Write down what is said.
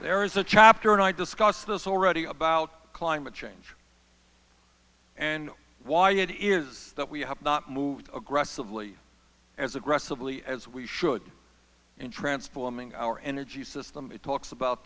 there is a chapter and i discussed this already about climate change and why it is that we have not moved aggressively as aggressively as we should in transforming our energy system it talks about